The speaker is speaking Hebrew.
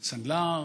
סנדלר.